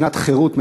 מדינת חירות,